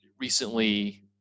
Recently